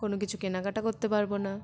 কোনো কিছু কেনাকাটা করতে পারব না